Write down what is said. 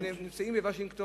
כל אלה שנמצאים בוושינגטון,